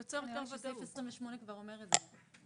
נראה לי שסעיף 28 כבר אומר את זה.